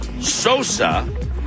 Sosa